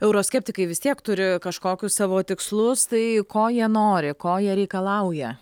euroskeptikai vis tiek turi kažkokius savo tikslus tai ko jie nori ko jie reikalauja